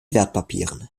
wertpapieren